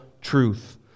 truth